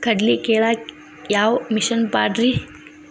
ಕಡ್ಲಿ ಕೇಳಾಕ ಯಾವ ಮಿಷನ್ ಪಾಡ್ರಿ?